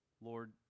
Lord